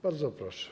Bardzo proszę.